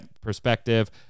perspective